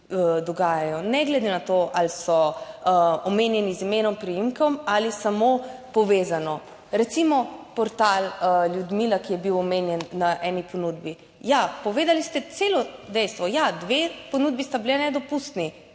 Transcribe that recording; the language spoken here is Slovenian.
dogajajo, ne glede na to ali so omenjeni z imenom in priimkom ali samo povezano. Recimo, portal Ljudmila, ki je bil omenjen na eni ponudbi, ja, povedali ste celo dejstvo, ja dve ponudbi sta bili nedopustni,